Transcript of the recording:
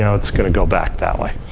ah it's going to go back that way.